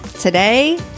Today